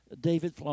David